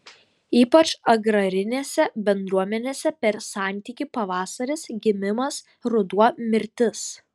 ypač agrarinėse bendruomenėse per santykį pavasaris gimimas ruduo mirtis